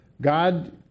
God